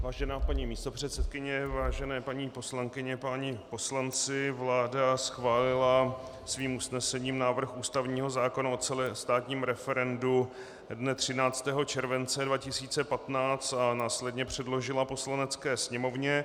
Vážená paní místopředsedkyně, vážené paní poslankyně, páni poslanci, vláda schválila svým usnesením návrh ústavního zákona o celostátním referendu dne 13. července 2015 a následně předložila Poslanecké sněmovně.